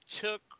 took